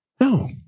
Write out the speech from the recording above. no